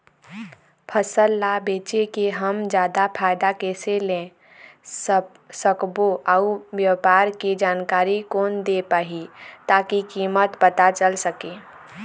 फसल ला बेचे के हम जादा फायदा कैसे ले सकबो अउ व्यापार के जानकारी कोन दे पाही ताकि कीमत पता चल सके?